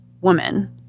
woman